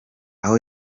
aho